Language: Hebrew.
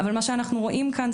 אבל מה שאנחנו רואים כאן,